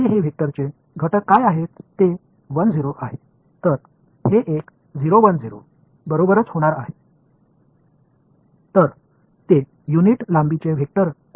இந்த வெக்டர் இன் கூறுகள் என்னென்ன இங்கே உள்ளன என்று பார்த்தால் அது 010 ஆகும்